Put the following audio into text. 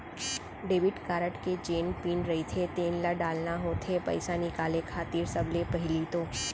debit card के जेन pin रहिथे तेन ल डालना होथे पइसा निकाले खातिर सबले पहिली तो